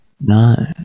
No